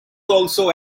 also